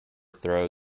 throw